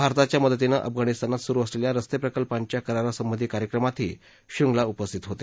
भारताच्या मदतीनं अफगाणिस्तानात सुरू असलेल्या रस्ते प्रकल्पांच्या करारासंबंधी कार्यक्रमातही श्रृगंला उपस्थित होते